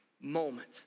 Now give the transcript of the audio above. moment